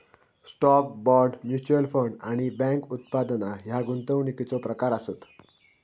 stock, bond, mutual fund आणि bank उत्पादना ह्या गुंतवणुकीचो प्रकार आसत